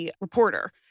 reporter